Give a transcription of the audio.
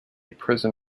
prison